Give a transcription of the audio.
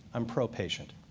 i'm pro-patient.